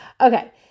Okay